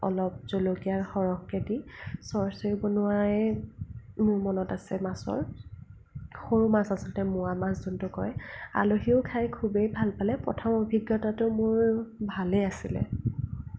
অলপ জলকীয়া সৰহকৈ দি চৰ্চৰি বনোৱাই মোৰ মনত আছে মাছৰ সৰু মাছ আচলতে মোৱা মাছ যোনটো কয় আলহীয়েও খায় খুবেই ভাল পালে প্ৰথম অভিজ্ঞতাটো মোৰ ভালেই আছিলে